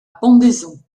pendaison